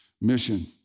mission